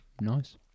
nice